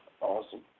Awesome